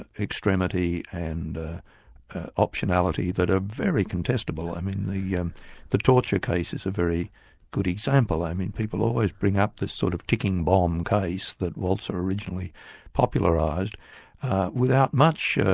and extremity and optionality that are very contestable. i mean the yeah the torture case is a very good example. i mean people always bring up this sort of ticking bomb case that walzer originally popularised without much